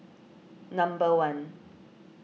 number one